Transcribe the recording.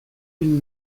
une